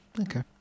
Okay